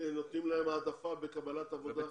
נותנים להם העדפה בקבלת עבודה.